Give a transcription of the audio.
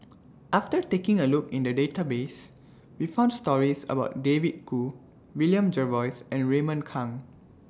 after taking A Look in The Database We found stories about David Kwo William Jervois and Raymond Kang